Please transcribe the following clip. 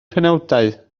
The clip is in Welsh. penawdau